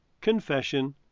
confession